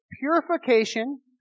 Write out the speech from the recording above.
Purification